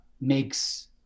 makes